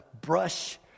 brush